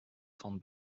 van